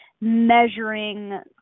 measuring